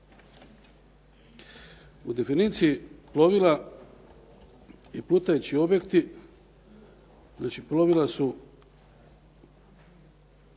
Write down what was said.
U definiciji plovila i plutajući objekti, znači plovila su